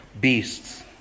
beasts